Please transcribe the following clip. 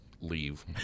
leave